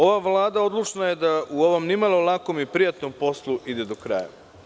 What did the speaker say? Ova Vlada odlučna je da u ovom nimalo lakom i prijatnom poslu ide do kraja.